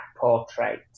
portrait